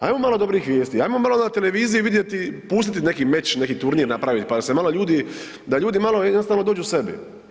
Ajmo malo dobrih vijesti, ajmo malo na televiziji vidjeti, pustiti neki meč, neki turnir napraviti pa da se malo ljudi, da ljudi malo jednostavno dođu sebi.